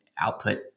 output